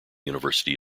university